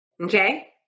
Okay